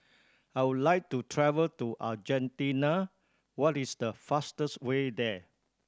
I would like to travel to Argentina what is the fastest way there